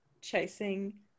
chasing